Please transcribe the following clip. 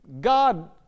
God